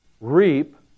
reap